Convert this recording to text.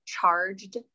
Charged